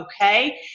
okay